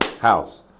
house